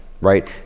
right